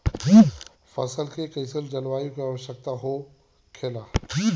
फसल के लिए कईसन जलवायु का आवश्यकता हो खेला?